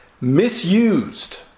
misused